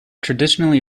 traditionally